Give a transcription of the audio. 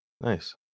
nice